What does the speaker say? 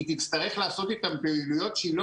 היא תצטרך לעשות איתם פעילויות שהיא לא